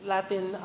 Latin